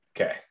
Okay